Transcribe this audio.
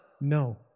No